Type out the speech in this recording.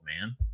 man